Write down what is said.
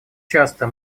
часто